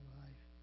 life